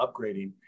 upgrading